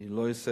אני לא אבקש.